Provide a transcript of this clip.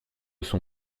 son